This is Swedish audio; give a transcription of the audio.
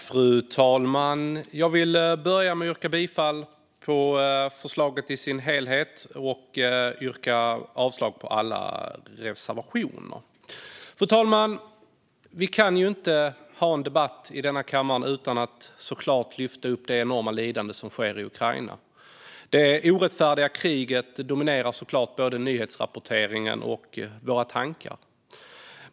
Fru talman! Jag vill börja med att yrka bifall till förslaget i dess helhet och yrka avslag på alla reservationer. Fru talman! Vi kan såklart inte ha en debatt i denna kammare utan att lyfta fram det enorma lidandet i Ukraina. Det orättfärdiga kriget dominerar givetvis både nyhetsrapporteringen och våra tankar.